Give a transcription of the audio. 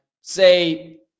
say